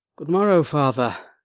good morrow, father!